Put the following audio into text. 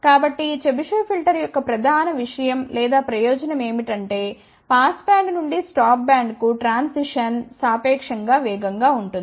కాబట్టి ఈ Chebyshev filter యొక్క ప్రధాన విషయం లేదా ప్రయోజనం ఏమిటంటే పాస్ బ్యాండ్ నుండి స్టాప్ బ్యాండ్కు ట్రాన్సిషన్ సాపేక్షం గా వేగంగా ఉంటుంది